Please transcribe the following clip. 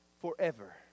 forever